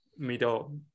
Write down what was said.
middle